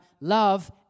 Love